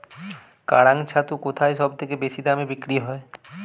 কাড়াং ছাতু কোথায় সবথেকে বেশি দামে বিক্রি হয়?